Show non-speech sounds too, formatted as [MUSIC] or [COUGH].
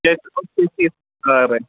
[UNINTELLIGIBLE] تارٕے